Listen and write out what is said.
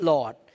Lord